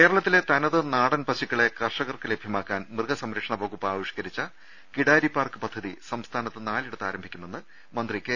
കേരളത്തിലെ തനത് നാടൻ പശുക്കളെ കർഷകർക്ക് ലഭ്യ മാക്കാൻ മൃഗസംരക്ഷണവകുപ്പ് ആവിഷ്കരിച്ച കിടാരി പാർക്ക് പദ്ധതി സംസ്ഥാനത്ത് നാലിടത്ത് ആരംഭിക്കുമെന്ന് മന്ത്രി കെ